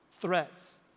threats